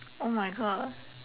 oh my god